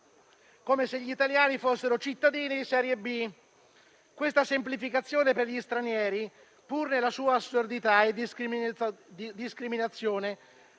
come se gli italiani fossero cittadini di serie B. Questa semplificazione per gli stranieri, pur nella sua assurdità e discriminazione,